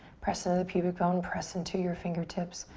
press into the pubic bone, press in to your fingertips.